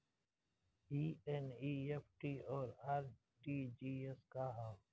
ई एन.ई.एफ.टी और आर.टी.जी.एस का ह?